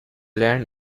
land